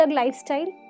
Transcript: lifestyle